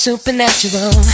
Supernatural